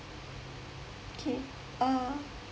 okay uh